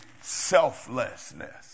selflessness